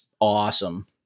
awesome